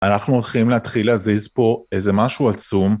אנחנו הולכים להתחיל להזיז פה איזה משהו עצום.